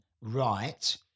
right